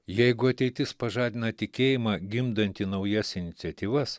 jeigu ateitis pažadina tikėjimą gimdantį naujas iniciatyvas